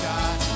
God